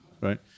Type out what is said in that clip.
right